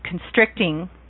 constricting